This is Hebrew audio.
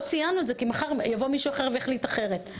לא ציינו את זה כי מחר יבוא מישהו אחר ויחליט אחרת.